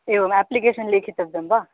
एवम् एप्लिकेशन् लेखितव्यं वा